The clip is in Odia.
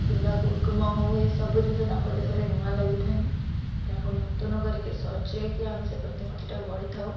କିମ୍ବା କୁକୁମ ହଉ ଏ ସବୁ ଜିନିଷ ତାଙ୍କ ଦେହରେ ନୂଆ ଲାଗିଥାଏ ତାଙ୍କୁ ନୂତନ କରିକି ସଜେଇକି ଆମେ ସେ ପ୍ରତିମୂର୍ତ୍ତିଟାକୁ ଆମେ ଗଢ଼ିଥାଉ